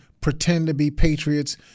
pretend-to-be-patriots